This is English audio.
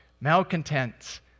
malcontents